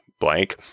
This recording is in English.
blank